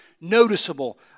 noticeable